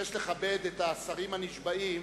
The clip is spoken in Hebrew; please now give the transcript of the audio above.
אני מבקש לכבד את השרים הנשבעים